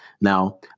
Now